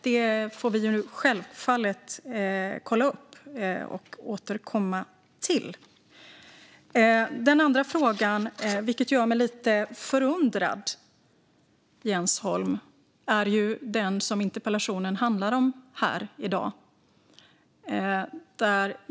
Det får vi självfallet kontrollera och återkomma till. Den andra frågan gör mig lite förundrad, nämligen den fråga som interpellationen handlar om i dag.